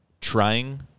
trying